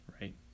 Right